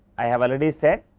i have already said